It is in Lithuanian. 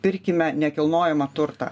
pirkime nekilnojamą turtą